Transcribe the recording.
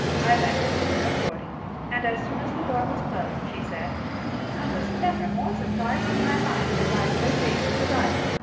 i led her thither accordingly, and as soon as the door was closed, she said i was never more surprized in my life than by sir james's arrival,